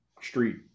street